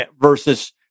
versus